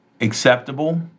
acceptable